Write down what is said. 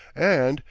and.